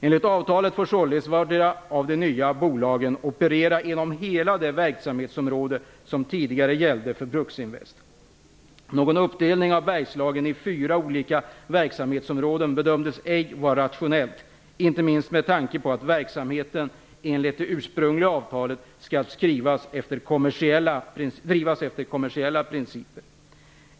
Enligt avtalet får således vartdera av de nya bolagen operera inom hela det verksamhetsområde som tidigare gällde för Bruksinvest. Någon uppdelning av Bergslagen i fyra olika verksamhetsområden bedömdes ej vara rationell, inte minst med tanke på att verksamheten enligt det ursprungliga avtalet skall drivas efter kommersiella principer.